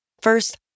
First